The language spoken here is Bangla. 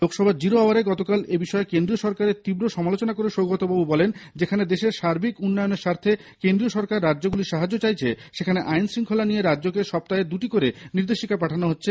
লোকসভার জিরো আওয়ারে গতকাল এবিষয়ে কেন্দ্রীয় সরকারের তীব্র সমালোচনা করে সৌগত বাবু বলেন যেখানে দেশের সার্বিক উন্নয়নের স্বার্থে কেন্দ্রীয় সরকার রাজ্যগুলির সাহায্য চাইছে সেখানে আইন শৃঙ্খলা নিয়ে রাজ্যকে সপ্তাহে দুটি করে নির্দেশিকা পাঠানো হচ্ছে